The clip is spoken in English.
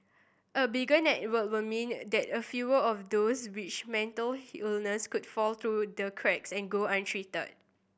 a bigger network will mean that a fewer of those which mental illness could fall through the cracks and go untreated